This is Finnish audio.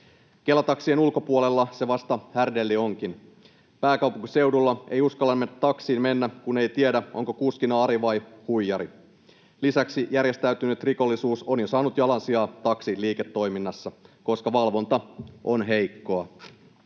Kela-taksien ulkopuolella se vasta härdelli onkin. Pääkaupunkiseudulla ei uskalla taksiin mennä, kun ei tiedä, onko kuskina Ari vai huijari. Lisäksi järjestäytynyt rikollisuus on jo saanut jalansijaa taksiliiketoiminnassa, koska valvonta on heikkoa.